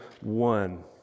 one